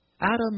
Adam